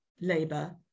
Labour